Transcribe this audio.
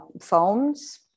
phones